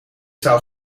zou